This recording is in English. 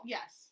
Yes